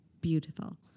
beautiful